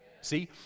see